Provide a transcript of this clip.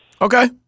Okay